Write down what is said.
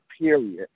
period